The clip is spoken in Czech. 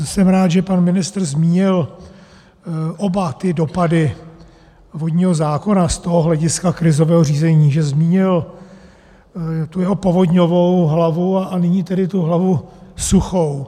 Jsem rád, že pan ministr zmínil oba ty dopady vodního zákona z hlediska krizového řízení, že zmínil tu jeho povodňovou hlavu a nyní tedy tu hlavu suchou.